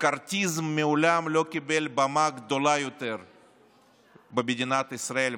המקארתיזם מעולם לא קיבל במה גדולה יותר במדינת ישראל,